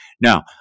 Now